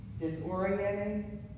disorienting